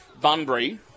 Bunbury